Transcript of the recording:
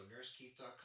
nursekeith.com